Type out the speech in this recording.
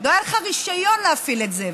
לא היה לך רישיון להפעיל את זה.